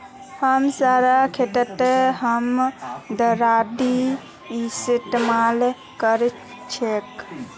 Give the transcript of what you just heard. हमसार खेतत हम दरांतीर इस्तेमाल कर छेक